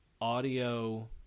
audio